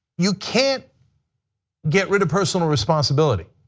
you can't get rid of personal responsibility.